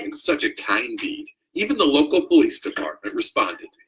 and such a kind deed. even the local police department responded.